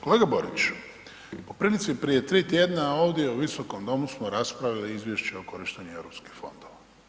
Kolega Boriću, po prilici prije 3 tj. ovdje u Visokom domu smo raspravili izvješće o korištenju europskih fondova.